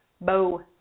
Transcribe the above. Bo